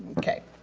okay.